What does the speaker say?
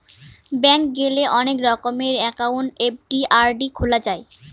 bank গেলে অনেক রকমের একাউন্ট এফ.ডি, আর.ডি খোলা যায়